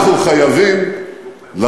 אנחנו חייבים, מה בהשוואה ל-OECD?